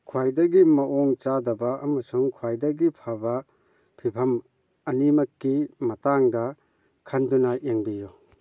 ꯈ꯭ꯋꯥꯏꯗꯒꯤ ꯝꯑꯣꯡ ꯆꯥꯗꯕ ꯑꯃꯁꯨꯡ ꯈ꯭ꯋꯥꯏꯗꯒꯤ ꯐꯕ ꯐꯤꯕꯝ ꯑꯅꯤꯃꯛꯀꯤ ꯃꯇꯥꯡꯗ ꯈꯟꯗꯨꯅ ꯌꯦꯡꯕꯤꯌꯨ